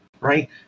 right